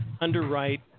underwrite